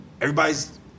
Everybody's